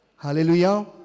hallelujah